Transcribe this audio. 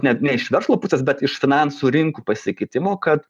net ne iš verslo pusės bet iš finansų rinkų pasikeitimo kad